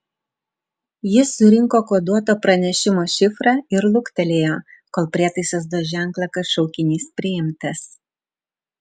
jis surinko koduoto pranešimo šifrą ir luktelėjo kol prietaisas duos ženklą kad šaukinys priimtas